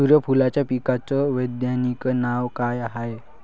सुर्यफूलाच्या पिकाचं वैज्ञानिक नाव काय हाये?